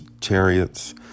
chariots